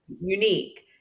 Unique